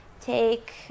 take